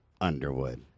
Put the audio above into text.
Underwood